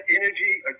energy